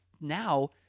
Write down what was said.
Now